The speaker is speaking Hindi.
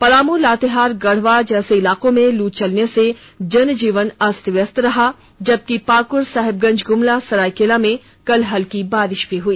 पलाम लातेहार गढ़वा आदि इलाके में लू चलने से जनजीवन अस्त व्यस्त रहा जबिक पाकड़ साहिबगंज गुमला सरायकेला में कल हल्की बारिश भी हुई